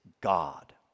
God